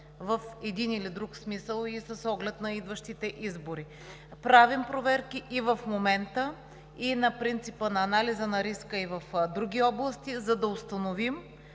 в един или друг смисъл и с оглед на идващите избори. Правим проверки и в момента на принципа на анализа на риска и в други области, за да установим